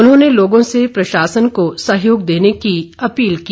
उन्होंने लोगों से प्रशासन को सहयोग देने की अपील की